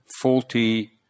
faulty